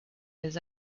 his